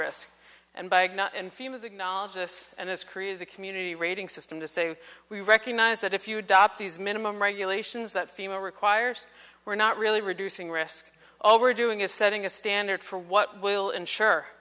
this and it's created the community rating system to say we recognize that if you adopt these minimum regulations that female requires we're not really reducing risk all we're doing is setting a standard for what will ensure